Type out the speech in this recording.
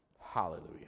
Hallelujah